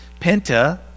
penta